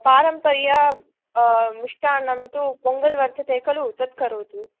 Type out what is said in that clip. पारम्पर्य मिष्टान्नं तु पोङ्गल् वर्तते खलु तत्करोतु